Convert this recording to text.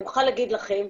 אני מוכרחה להגיד לכם,